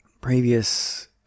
previous